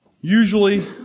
Usually